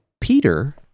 Peter